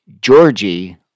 Georgie